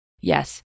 yes